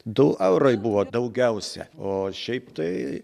du eurai buvo daugiausia o šiaip tai